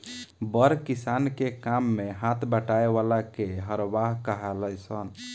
बड़ किसान के काम मे हाथ बटावे वाला के हरवाह कहाले सन